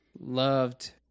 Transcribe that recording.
loved